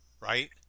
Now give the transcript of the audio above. Right